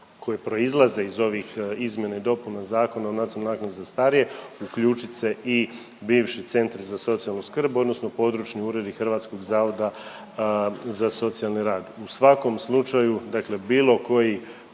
koje proizlaze iz ovih Izmjena i dopuna zakona o nacionalnoj naknadi za starije, uključit se i bivši Centri za socijalnu skrb odnosno područni uredi Hrvatskog zavoda za socijalni rad. U svakom slučaju, dakle bilo koji